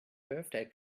birthday